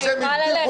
היא יכולה ללכת.